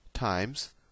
times